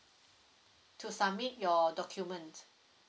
to submit your document